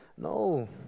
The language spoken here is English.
No